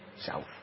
Self